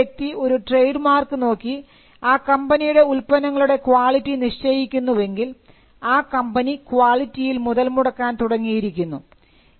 കാരണം ഒരു വ്യക്തി ഒരു ട്രേഡ് മാർക്ക് നോക്കി ആ കമ്പനിയുടെ ഉൽപ്പന്നങ്ങളുടെ ക്വാളിറ്റി നിശ്ചയിക്കുന്നു എങ്കിൽ ആ കമ്പനി ക്വാളിറ്റിയിൽ മുതൽമുടക്കാൻ തുടങ്ങിയിരിക്കുന്നു